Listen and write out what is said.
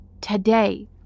today